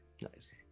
Nice